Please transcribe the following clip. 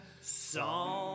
song